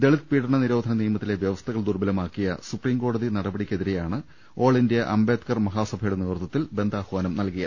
ദളിത് പീഡന നിരോധന നിയമത്തിലെ വൃവസ്ഥകൾ ദുർബലമാക്കിയ സുപ്രീം കോടതി നടപടിക്കെതിരെയാണ് ഓൾ ഇന്ത്യ അംബേദ്കർ മഹാസഭയുടെ നേതൃത്വത്തിൽ ബന്ദ് ആഹ്വാനം നൽകിയത്